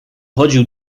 chodził